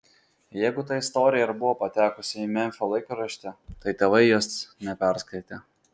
jeigu ta istorija ir buvo patekusi į memfio laikraštį tai tėvai jos neperskaitė